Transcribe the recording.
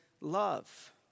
love